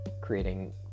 creating